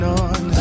on